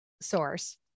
source